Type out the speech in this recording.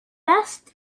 best